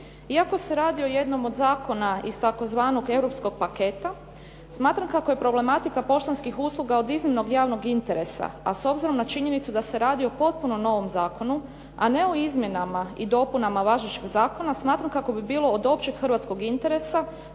Iako se radi o jednom od zakona iz tzv. europskog paketa smatram kako je problematika poštanskih usluga od iznimnog javnog interesa a s obzirom na činjenicu da se radi o potpuno novom zakonu a ne o izmjenama i dopunama važećeg zakona smatram kako bi bilo od općeg hrvatskog interesa